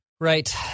Right